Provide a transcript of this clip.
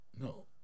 No